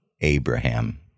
Abraham